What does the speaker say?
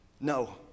No